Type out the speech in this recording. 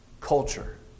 culture